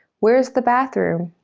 where's the bathroom?